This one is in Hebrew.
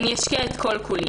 אני אשקיע את כל כולי,